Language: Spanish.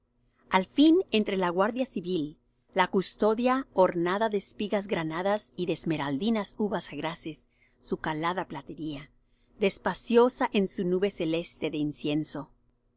al fin entre la guardia civil la custodia ornada de espigas granadas y de esmeraldinas uvas agraces su calada platería despaciosa en su nube celeste de incienso